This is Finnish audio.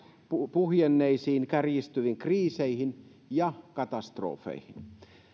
puhjenneisiin kärjistyviin kriiseihin ja katastrofeihin